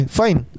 fine